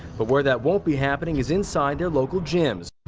but where that won't be happening is inside their local gyms.